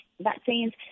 vaccines